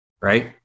right